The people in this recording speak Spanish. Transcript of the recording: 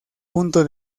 punto